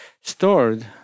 stored